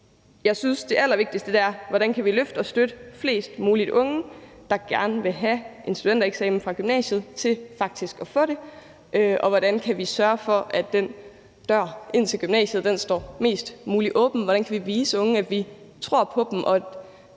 jeg synes, det allervigtigste er, hvordan vi kan løfte og støtte flest mulige unge, der gerne vil have en studentereksamen fra gymnasiet, til faktisk at få det, hvordan vi kan sørge for, at døren til gymnasiet står mest muligt åben, og hvordan vi kan vise de unge, at vi tror på dem.